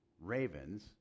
ravens